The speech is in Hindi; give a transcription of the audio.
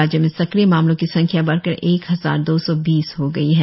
राज्य में सक्रिय मामलों की संख्या बढ़कर एक हजार दो सौ बीस हो गई है